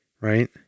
right